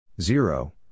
Zero